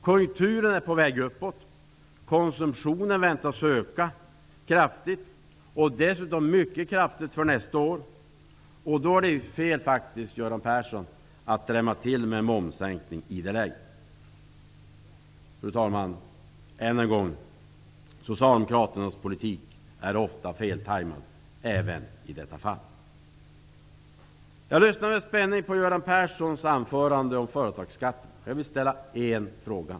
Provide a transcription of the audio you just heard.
Konjunkturen är på väg uppåt. Konsumtionen väntas öka kraftigt -- t.o.m. mycket kraftigt under nästa år. Det är faktiskt fel, Göran Persson, att drämma till med en momssänkning i det läget. Fru talman! Än en gång vill jag säga att Socialdemokraternas politik ofta är feltajmad, så även i detta fall. Jag lyssnade med spänning på Göran Perssons anförande om företagsbeskattningen, och jag vill ställa en fråga.